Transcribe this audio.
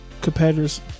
competitors